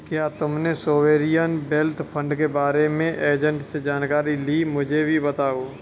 क्या तुमने sovereign wealth fund के बारे में एजेंट से जानकारी ली, मुझे भी बताओ